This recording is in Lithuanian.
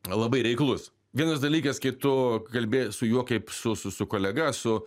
labai reiklus vienas dalykas kai tu kalbi su juo kaip su su kolega su